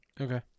okay